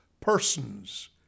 persons